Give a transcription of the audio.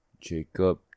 Jacob